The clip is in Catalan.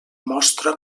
mostra